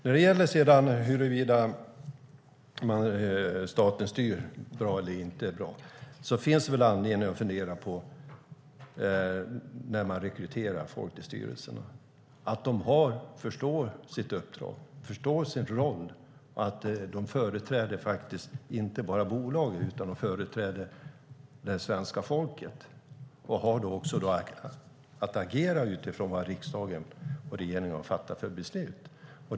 När det gäller om staten styr bra eller inte finns det anledning att fundera på hur man rekryterar folk till styrelserna. De måste förstå sitt uppdrag och sin roll. De företräder inte bara bolaget utan också det svenska folket. De har att agera utifrån de beslut som riksdagen och regeringen har fattat.